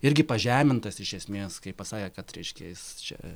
irgi pažemintas iš esmės kai pasakė kad reiškia jis čia